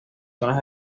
zonas